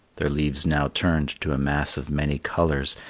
their leaves now turned to a mass of many colours,